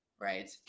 Right